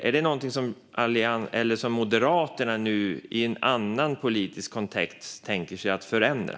Är detta någonting som Moderaterna nu, i en annan politisk kontext, tänker sig att förändra?